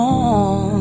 on